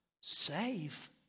Safe